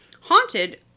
haunted